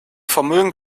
vermögen